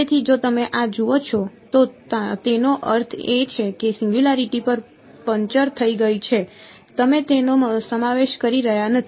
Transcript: તેથી જો તમે આ જુઓ છો તો તેનો અર્થ એ છે કે સિંગયુંલારીટી પંચર થઈ ગઈ છે તમે તેનો સમાવેશ કરી રહ્યાં નથી